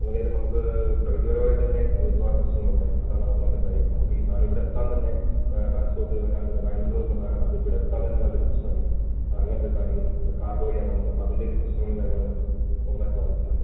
ഒന്നാമതിവിടെ നമുക്ക് പ്രകൃതിപരമായിട്ടെന്നെ ഒരുപാട് പ്രശ്നങ്ങളുണ്ടായി അതാണ് ഒന്നാമത്തെ കാര്യം നമക്കീ സാധനം ഇവിടെത്താൻ തന്നെ ട്രാൻസ്പോർട്ട് വെരാൻ തന്നെ ബാംഗ്ലൂരുള്ള സാധനാണ് അതിവിടെത്താൻ തന്നെ നല്ലൊരു പ്രശ്നായി അങ്ങനത്ത കാര്യങ്ങളും ഇത് കാർഗോയിലാ വന്നേ അപ്പൊ അതിൻറ്റൊര് പ്രശ്നങ്ങളും കാര്യങ്ങളയിനാത്ത് ഒന്നായിട്ട് ബാധിച്ചിട്ടുണ്ട്